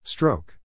Stroke